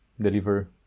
deliver